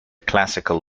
classical